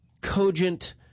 cogent